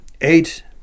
eight